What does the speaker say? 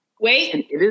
Wait